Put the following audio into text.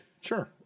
Sure